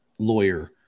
lawyer